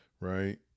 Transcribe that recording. right